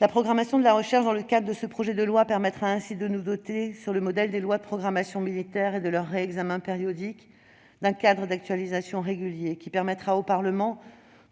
La programmation de la recherche dans le cadre de ce projet de loi permettra ainsi de nous doter, sur le modèle des lois de programmation militaire et de leur réexamen périodique, d'un cadre d'actualisation régulier, qui permettra au Parlement